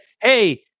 hey